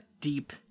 deep